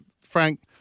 Frank